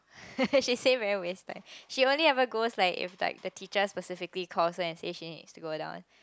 she say very waste time she only have to go if like the teacher specifically calls her and said she need to go down